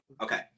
Okay